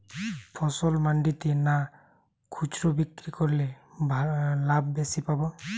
ফসল মন্ডিতে না খুচরা বিক্রি করলে লাভ বেশি পাব?